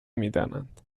میدانند